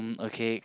okay